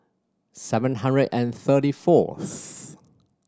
seven hundred and thirty fourth